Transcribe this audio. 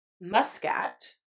Muscat